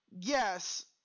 Yes